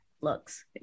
looks